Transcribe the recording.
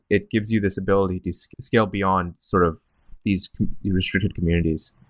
it gives you this ability to scale beyond sort of these restricted communities.